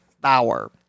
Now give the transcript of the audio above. Bauer